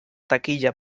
taquilla